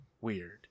weird